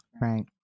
Right